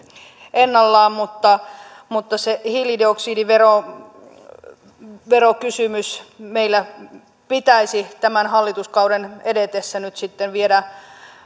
ennallaan mutta mutta se hiilidioksidiverokysymys meillä pitäisi tämän hallituskauden edetessä nyt sitten viedä